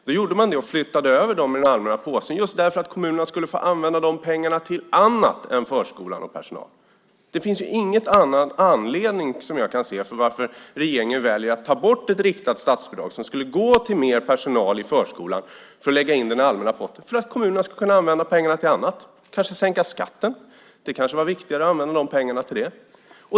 Man gjorde det och flyttade över dem till den allmänna påsen, just därför att kommunerna skulle få använda pengarna till annat än förskola och personal. Det finns ingen annan anledning, som jag kan se, till att regeringen väljer att ta bort ett riktat statsbidrag som skulle gå till mer personal i förskolan för att lägga in det i den allmänna potten än att kommunerna ska kunna använda pengarna till annat, kanske till att sänka skatten. Det kanske var viktigare att använda pengarna till det.